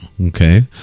okay